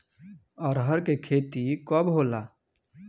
अरहर के खेती कब होला?